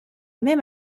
même